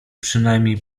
przynajmniej